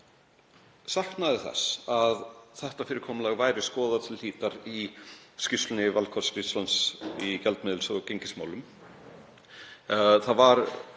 saknaði þess að þetta fyrirkomulag væri skoðað til hlítar í skýrslunni um valkosti Íslands í gjaldmiðils- og gengismálum. Það var